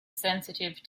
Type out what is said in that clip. sensitive